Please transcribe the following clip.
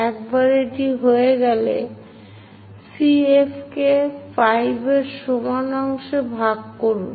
একবার এটি হয়ে গেলে CFকে 5 সমান অংশে ভাগ করুন